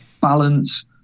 balance